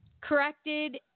corrected